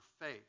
faith